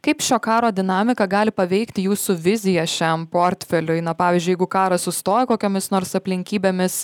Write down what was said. kaip šio karo dinamika gali paveikti jūsų viziją šiam portfeliui na pavyzdžiui jeigu karas sustoja kokiomis nors aplinkybėmis